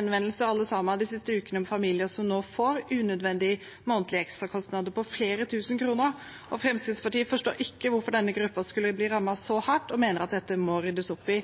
ukene har vi alle sammen fått henvendelser fra familier som nå får unødvendige månedlige ekstrakostnader på flere tusen kroner. Fremskrittspartiet forstår ikke hvorfor denne gruppen skulle bli rammet så hardt, og mener at dette må ryddes opp i.